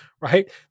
right